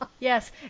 Yes